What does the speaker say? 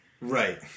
right